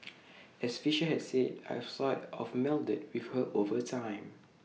as Fisher had said I've sort of melded with her over time